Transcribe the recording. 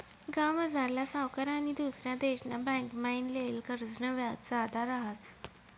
गावमझारला सावकार आनी दुसरा देशना बँकमाईन लेयेल कर्जनं व्याज जादा रहास